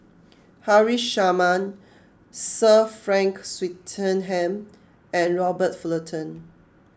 Haresh Sharma Sir Frank Swettenham and Robert Fullerton